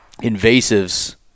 invasives